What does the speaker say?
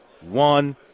one